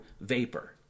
vapor